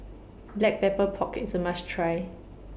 Black Pepper Pork IS A must Try